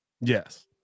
Yes